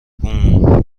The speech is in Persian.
بوووم